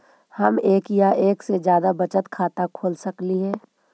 हम एक या एक से जादा बचत खाता खोल सकली हे?